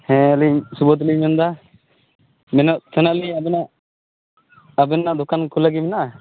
ᱦᱮᱸ ᱟᱹᱞᱤᱧ ᱥᱩᱵᱚᱛ ᱞᱤᱧ ᱢᱮᱱ ᱮᱫᱟ ᱢᱮᱱᱮᱫ ᱛᱟᱦᱮᱱᱟᱞᱤᱧ ᱟᱵᱮᱱᱟᱜ ᱟᱵᱮᱱᱟᱜ ᱫᱚᱠᱟᱱ ᱠᱷᱩᱞᱟᱹᱣ ᱜᱮ ᱢᱮᱱᱟᱜᱼᱟ